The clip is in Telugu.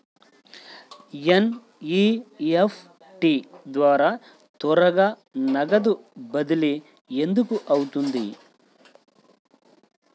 ఎన్.ఈ.ఎఫ్.టీ ద్వారా త్వరగా నగదు బదిలీ ఎందుకు అవుతుంది?